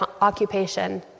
occupation